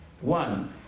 One